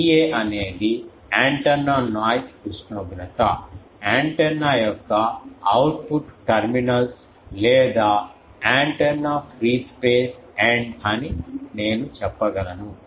TA అనేది antenna noise ఉష్ణోగ్రత antenna యొక్క అవుట్పుట్ టెర్మినల్స్ లేదా యాంటెన్నా ఫ్రీ స్పేస్ ఎండ్ అని నేను చెప్పగలను